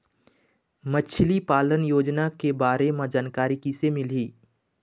मछली पालन योजना के बारे म जानकारी किसे मिलही?